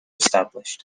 established